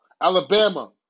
Alabama